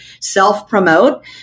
self-promote